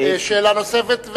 שאלה נוספת,